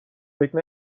فکر